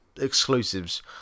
exclusives